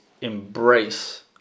embrace